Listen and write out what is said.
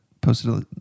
posted